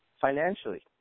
financially